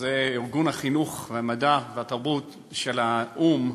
זה ארגון החינוך, המדע והתרבות של האו"ם,